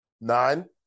Nine